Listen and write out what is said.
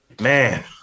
man